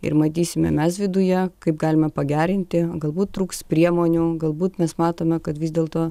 ir matysime mes viduje kaip galima pagerinti galbūt trūks priemonių galbūt mes matome kad vis dėlto